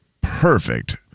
Perfect